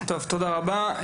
טוב, תודה רבה.